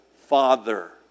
Father